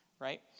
right